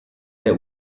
that